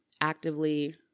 actively